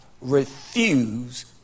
Refuse